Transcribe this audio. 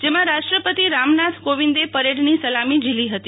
જેમાં રાષ્ટ્રપતિ રામનાથ કોવિંદે પરેડની સલામી ઝીલી હતી